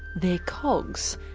they're cogs.